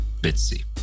Bitsy